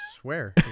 swear